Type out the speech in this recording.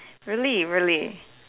really really